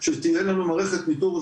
שתהיה לנו מערכת ניטור,